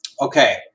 Okay